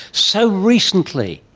so recently,